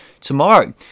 tomorrow